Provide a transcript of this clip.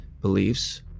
beliefs